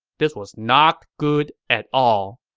this was not good at all.